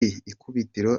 ikubitiro